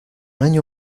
año